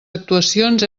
actuacions